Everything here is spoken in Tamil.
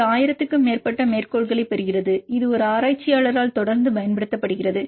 இது 1000 க்கும் மேற்பட்ட மேற்கோள்களைப் பெறுகிறது இது ஒரு ஆராய்ச்சியாளரால் தொடர்ந்து பயன்படுத்தப்படுகிறது